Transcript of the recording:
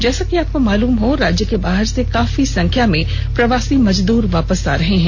जैसा कि आपकों मालूम हो राज्य के बाहर से काफी संख्या में प्रवासी मजदूर वापस आ रहे हैं